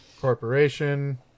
Corporation